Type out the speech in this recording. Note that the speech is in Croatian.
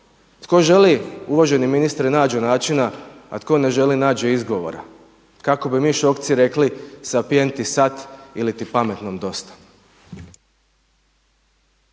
Tko želi uvaženi ministre nađe načina a tko ne želi nađe izgovora. Kako bi mi Šokci rekli „sapienti sat“ ili'ti „pametnom dosta“.